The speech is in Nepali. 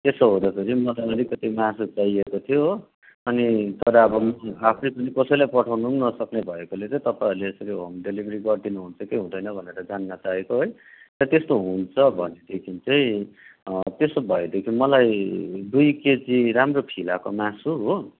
त्यसो हुँदाखेरि मलाई अलिकति मासु चाहिएको थियो हो अनि तर अब आफै पनि कसैलाई पठाउँनु पनि नसक्ने भएकोले तपाईँहरूले यसरी होम डेलिभरी गरिदिनुहुन्छ कि हुँदैन भनेर जान्न चाहेको है र त्यस्तो हुन्छ भनेदेखिन् चाहिँ त्यसो भएदेखि मलाई दुई केजी राम्रो फिलाको मासु हो